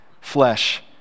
flesh